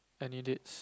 any dates